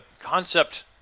concept